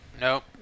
Nope